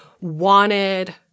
wanted